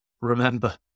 Remember